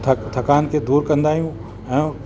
थक थकान दूरि कंदा आहियूं ऐं